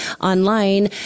online